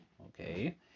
okay